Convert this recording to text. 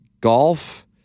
Golf